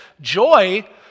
joy